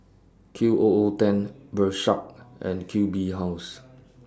Q O O ten Bershka and Q B House